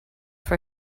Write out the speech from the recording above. for